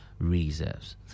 Reserves